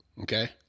Okay